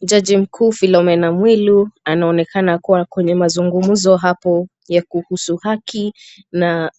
Jaji mkuu Philomena Mwilu anaonekana kuwa kwenye mazungumzo hapo ya kuhusu haki na